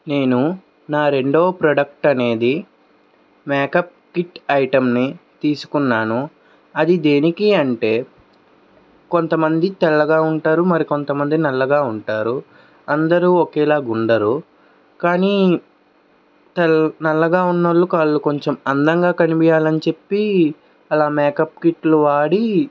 నేను నా రెండో ప్రొడక్ట్ అనేది మేకప్ కిట్ ఐటమ్ని తీసుకున్నాను అది దేనికి అంటే కొంత మంది తెల్లగా ఉంటారు మరి కొంతమంది నల్లగా ఉంటారు అందరూ ఒకేలాగా ఉండరు కానీ తెల్ల నల్లగా ఉన్నోళ్లు వాళ్ళు కొంచెం అందంగా కనిపియాలని చెప్పి అలా మేకప్ కిట్లు వాడి